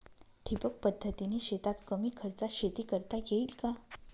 ठिबक पद्धतीने शेतात कमी खर्चात शेती करता येईल का?